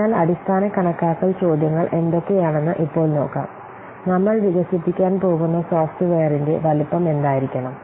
അതിനാൽ അടിസ്ഥാന കണക്കാക്കൽ ചോദ്യങ്ങൾ എന്തൊക്കെയാണെന്ന് ഇപ്പോൾ നോക്കാം നമ്മൾ വികസിപ്പിക്കാൻ പോകുന്ന സോഫ്റ്റ്വെയറിന്റെ വലുപ്പം എന്തായിരിക്കണം